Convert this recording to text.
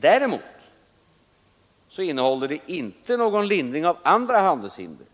Däremot innebär det inte någon lindring av andra handelshinder,